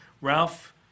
Ralph